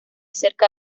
cerca